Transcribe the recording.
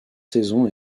saison